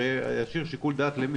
להשאיר שיקול דעת למי?